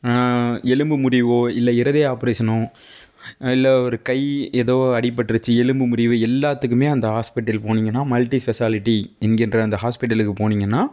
எலும்பு முறிவோ இல்லை இருதய ஆபரேஷனோ இல்லை ஒரு கை ஏதோ அடிப்பட்டிருச்சு எலும்பு முறிவு எல்லாத்துக்கும் அந்த ஹாஸ்பிட்டல் போனீங்கன்னா மல்டி ஸ்பெசாலிட்டி என்கின்ற அந்த ஹாஸ்பிட்டலுக்கு போனீங்கன்னா